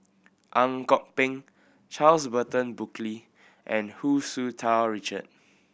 Ang Kok Peng Charles Burton Buckley and Hu Tsu Tau Richard